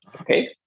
Okay